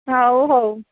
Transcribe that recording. ହଉ ହଉ